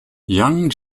young